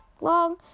long